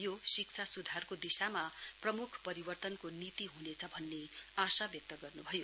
यो शिक्षा सुधारको दिशामा प्रमुख परिवर्तनको नीति हुनेछ भन्नेआशा व्यक्त गर्नुभयो